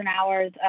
hours